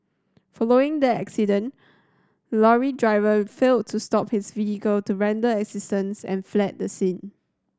following the accident lorry driver failed to stop his vehicle to render assistance and fled the scene